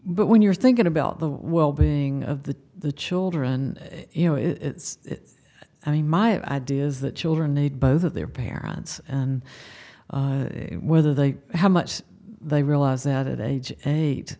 but when you're thinking about the well being of the the children you know it's i mean my idea is that children need both of their parents and whether they how much they realize that it age eight